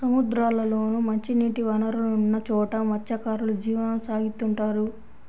సముద్రాల్లోనూ, మంచినీటి వనరులున్న చోట మత్స్యకారులు జీవనం సాగిత్తుంటారు